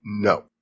No